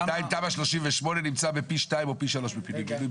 בנתיים תמ"א 38 נמצא בפי 2 או פי 3 מפינוי גדול.